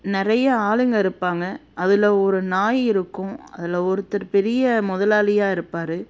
நிறைய ஆளுங்கள் இருப்பாங்க அதில் ஒரு நாய் இருக்கும் அதில் ஒருத்தர் பெரிய முதலாளியா இருப்பார்